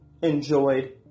enjoyed